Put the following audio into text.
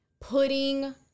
putting